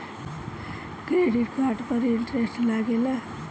Credit card पर interest लागेला?